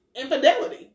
infidelity